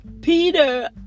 Peter